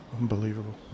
Unbelievable